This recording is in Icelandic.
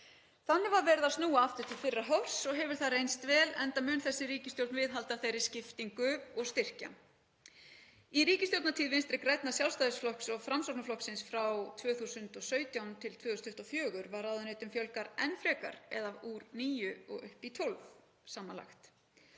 Þannig var verið að snúa aftur til fyrra horfs og hefur það reynst vel enda mun þessi ríkisstjórn viðhalda þeirri skiptingu og styrkja. Í ríkisstjórnartíð Vinstri grænna, Sjálfstæðisflokks og Framsóknarflokks frá 2017–2024 var ráðuneytum fjölgað enn frekar eða úr níu upp í tólf samanlagt.